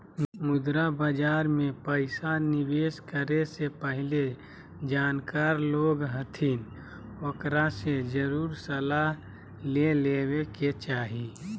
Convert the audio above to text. मुद्रा बाजार मे पैसा निवेश करे से पहले जानकार लोग हथिन ओकरा से जरुर सलाह ले लेवे के चाही